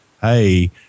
hey